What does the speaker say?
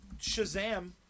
Shazam